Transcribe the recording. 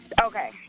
Okay